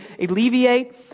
alleviate